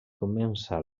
comença